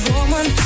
Woman